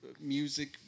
music